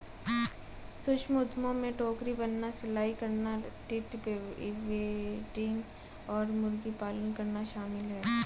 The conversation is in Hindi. सूक्ष्म उद्यमों में टोकरी बनाना, सिलाई करना, स्ट्रीट वेंडिंग और मुर्गी पालन करना शामिल है